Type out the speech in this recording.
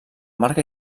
marca